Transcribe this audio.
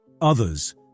Others